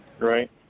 Right